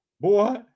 Boy